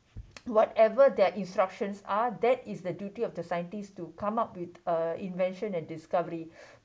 whatever that instructions are that is the duty of the scientists to come up with a invention and discovery